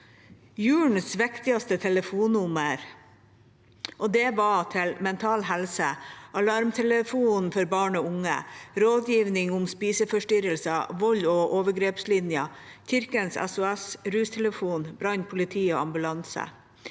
julens viktigste telefonnummer. Det var til Mental Helse, Alarmtelefonen for barn og unge, Rådgivning om spiseforstyrrelser, Vold- og overgrepslinjen, Kirkens SOS, RUStelefonen, brann, politi og ambulanse.